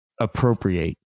appropriate